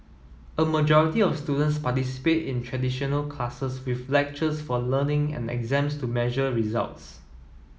a majority of students participate in traditional classes with lectures for learning and exams to measure results